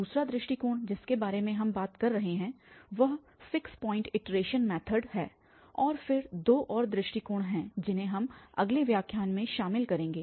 दूसरा दृष्टिकोण जिसके बारे में हम बात कर रहे हैं वह फिक्स पॉइंट इटरेशन मैथड है और फिर दो और दृष्टिकोण हैं जिन्हें हम अगले व्याख्यान में शामिल करेंगे